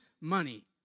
money